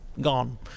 gone